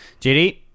JD